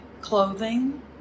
clothing